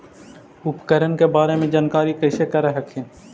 उपकरण के बारे जानकारीया कैसे कर हखिन?